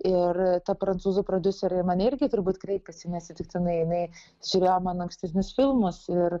ir ta prancūzų prodiuserė į mane irgi turbūt kreipėsi neatsitiktinai jinai žiūrėjo mano ankstesnius filmus ir